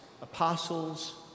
apostles